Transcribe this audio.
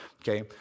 okay